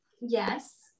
yes